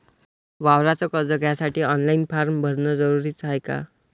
वावराच कर्ज घ्यासाठी ऑनलाईन फारम भरन जरुरीच हाय का?